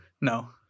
No